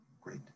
great